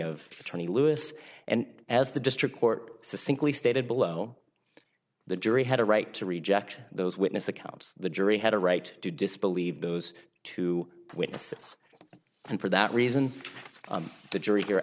attorney lewis and as the district court simply stated below the jury had a right to reject those witness accounts the jury had a right to disbelieve those two witnesses and for that reason the jury here